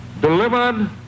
delivered